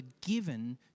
given